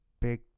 big